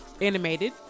animated